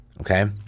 okay